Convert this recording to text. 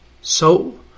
So